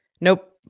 Nope